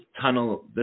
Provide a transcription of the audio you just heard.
tunnel